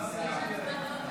(תיקון,